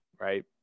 right